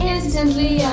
Instantly